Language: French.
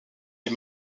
est